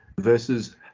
versus